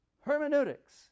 hermeneutics